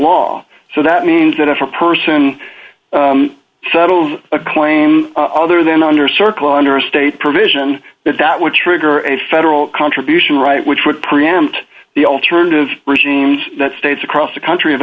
law so that means that if a person settles a claim other than under circle under a state provision that would trigger a federal contribution right which would preempt the alternative regimes that states across the country